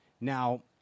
Now